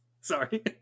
Sorry